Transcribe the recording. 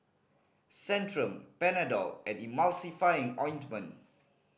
Centrum Panadol and Emulsying Ointment